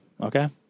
okay